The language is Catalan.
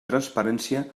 transparència